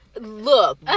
look